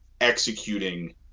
executing